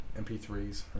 mp3s